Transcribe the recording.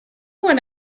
what